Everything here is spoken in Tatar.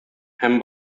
һәм